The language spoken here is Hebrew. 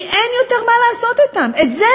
כי אין יותר מה לעשות אתן.